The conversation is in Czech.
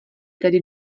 tedy